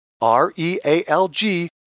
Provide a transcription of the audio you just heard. R-E-A-L-G